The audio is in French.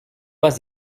pas